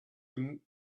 them